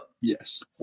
yes